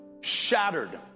shattered